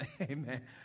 Amen